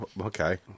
Okay